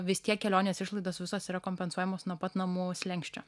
vis tiek kelionės išlaidos visos yra kompensuojamos nuo pat namų slenksčio